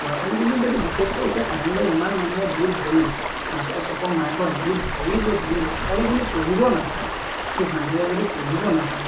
ল'ৰা ছোৱালীখিনি যদি বিশেষকৈ এতিয়া কাৰেণ্ট লৈ ইমান মানুহে বিল ভৰি পাঁচশ ছয়শ মাহেকত বিল ভৰি যদি ল'ৰা ছোৱালীখিনি পঢ়িব নাপায় সুখ শান্তিৰে যদি পঢ়িব নাপায়